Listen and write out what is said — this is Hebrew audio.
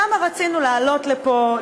כמה רצינו לעלות לפה,